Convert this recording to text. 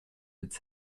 its